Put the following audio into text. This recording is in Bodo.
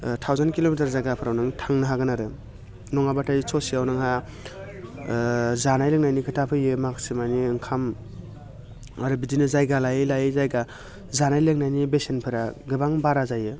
थावजेन्ड किल'मिटार जायगाफ्राव नों थांनो हागोन आरो नङाब्लाथाय ससेआव नोंहा ओ जानाय लोंनायनि खोथा फैयो माखासे मानि ओंखाम आरो बिदिनो जायगा लायै लायै जायगा जानाय लोंनायनि बेसेनफोरा गोबां बारा जायो